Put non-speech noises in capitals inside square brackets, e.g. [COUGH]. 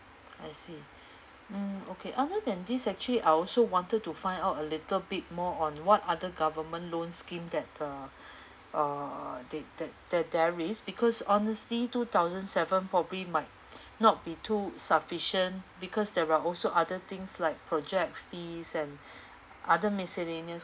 I see mm okay other than this actually I also wanted to find out a little bit more on what other government loans scheme that uh uh they that that there is because honestly two thousand seven probably might [NOISE] not be too sufficient because there are also other things like project fees and other miscellaneous